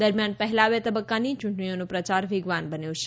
દરમિયાન પહેલા બે તબક્કાની ચૂંટણીઓનો પ્રચાર વેગવાન બન્યો છે